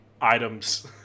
items